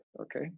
okay